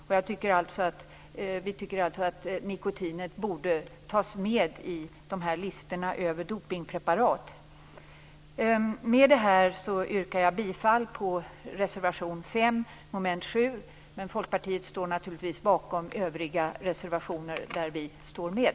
Vi tycker alltså att nikotin borde tas med på listorna över dopningspreparat. Med detta yrkar jag bifall till reservation 5, under mom. 7. Folkpartiet står naturligtvis bakom övriga reservationer där vi står med.